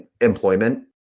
employment